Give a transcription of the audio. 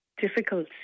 difficult